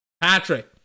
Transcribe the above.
Patrick